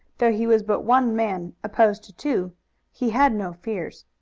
though he was but one man opposed to two he had no fears.